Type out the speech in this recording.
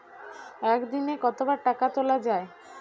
একদিনে কতবার টাকা তোলা য়ায়?